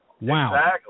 Wow